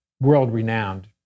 world-renowned